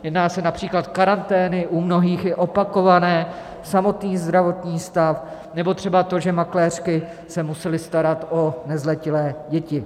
Jedná se například o karantény, u mnohých i opakované, samotný zdravotní stav nebo třeba to, že makléřky se musely starat o nezletilé děti.